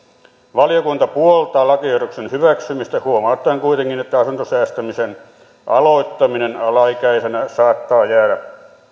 valiokunta puoltaa lakiehdotuksen hyväksymistä huomauttaen kuitenkin että asuntosäästämisen aloittaminen alaikäisenä saattaa jäädä